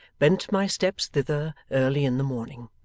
bent my steps thither early in the morning.